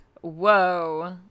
Whoa